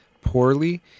poorly